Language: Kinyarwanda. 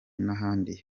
n’ahandi